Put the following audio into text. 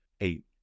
eight